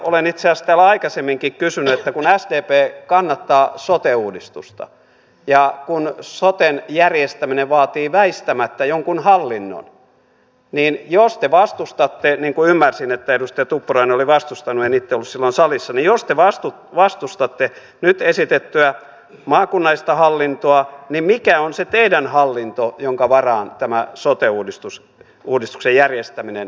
olen itse asiassa täällä aikaisemminkin kysynyt sitä että kun sdp kannattaa sote uudistusta ja kun soten järjestäminen vaatii väistämättä jonkun hallinnon niin jos te vastustatte niin kuin ymmärsin että edustaja tuppurainen oli vastustanut en itse ollut silloin salissa nyt esitettyä maakunnallista hallintoa niin mikä on se teidän hallinto jonka varaan tämä sote uudistuksen järjestäminen perustuu